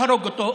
להרוג אותו,